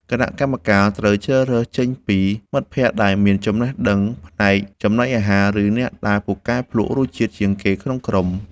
គណៈកម្មការត្រូវជ្រើសរើសចេញពីមិត្តភក្តិដែលមានចំណេះដឹងផ្នែកចំណីអាហារ ឬអ្នកដែលពូកែភ្លក្សរសជាតិជាងគេក្នុងក្រុម។